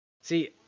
See